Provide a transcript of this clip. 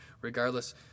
Regardless